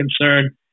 concern